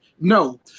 No